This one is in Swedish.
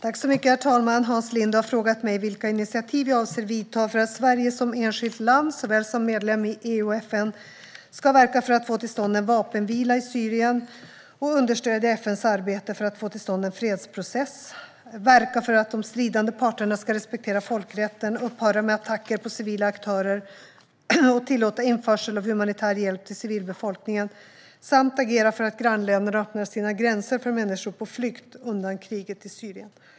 Herr talman! Hans Linde har frågat mig vilka initiativ jag avser att ta för att Sverige, både som enskilt land och som medlem i EU och FN, ska verka för att få till stånd en vapenvila i Syrien och för att understödja FN:s arbete med att få till stånd en fredsprocess. Han har frågat vad jag avser att göra för att Sverige ska verka för att de stridande parterna ska respektera folkrätten, upphöra med attacker mot civila aktörer och tillåta införsel av humanitär hjälp till civilbefolkningen. Hans Linde frågar också hur vi avser att agera för att grannländerna ska öppna sina gränser för människor på flykt undan kriget i Syrien.